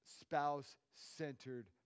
Spouse-centered